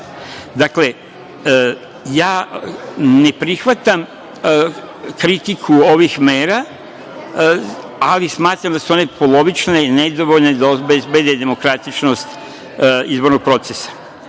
ne prihvatam kritiku ovih mera, ali smatram da su one polovične i nedovoljne da obezbede demokratičnost izbornog procesa. Na